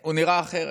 הוא נראה אחרת.